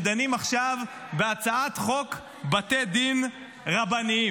דנים עכשיו בהצעת חוק בתי דין רבניים?